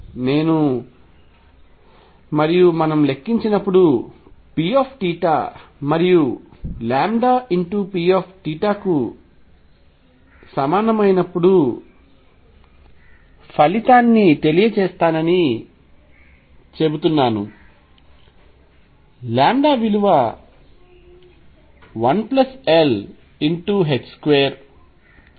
నేను మరియు మనము లెక్కించినపుడు Pθ మరియు Pθ కు సమానమైనప్పుడు ఫలితాన్ని తెలియజేస్తానని చెబుతున్నాను λ విలువ 1l2 గా వస్తుంది